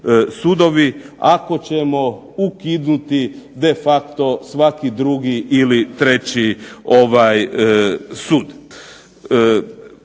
sudovi ako ćemo ukinuti de facto svaki drugi ili treći sud?